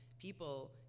people